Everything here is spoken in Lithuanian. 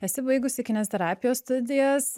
esi baigusi kineziterapijos studijas